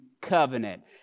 covenant